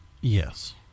Yes